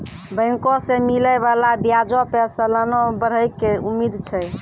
बैंको से मिलै बाला ब्याजो पे सलाना बढ़ै के उम्मीद छै